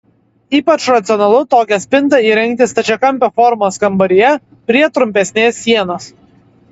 ypač racionalu tokią spintą įrengti stačiakampio formos kambaryje prie trumpesnės sienos